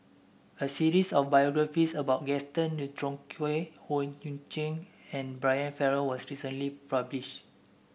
a series of biographies about Gaston Dutronquoy Howe Yoon Chong and Brian Farrell was recently publish